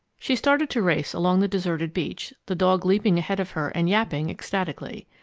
she started to race along the deserted beach, the dog leaping ahead of her and yapping ecstatically.